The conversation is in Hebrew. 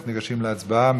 אנחנו ניגשים להצבעה.